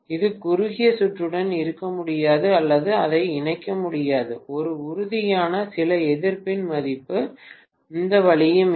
இது குறுகிய சுற்றுடன் இருக்க முடியாது அல்லது அதை இணைக்க முடியாது ஒரு உறுதியான சிறிய எதிர்ப்பின் மதிப்பு எந்த வழியும் இல்லை